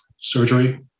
surgery